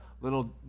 little